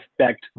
affect